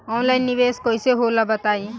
Online निवेस कइसे होला बताईं?